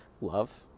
love